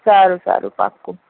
સારું સારું પાકું